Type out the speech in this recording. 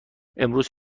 امروز